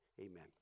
amen